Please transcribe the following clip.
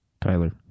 Tyler